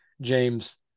James